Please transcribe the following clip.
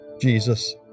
Jesus